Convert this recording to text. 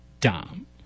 dumb